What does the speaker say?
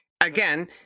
Again